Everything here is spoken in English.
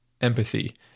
empathy